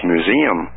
Museum